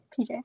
PJ